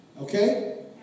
Okay